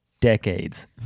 decades